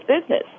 business